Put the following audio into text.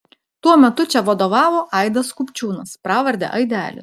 tuo metu čia vadovavo aidas kupčiūnas pravarde aidelis